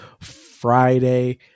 Friday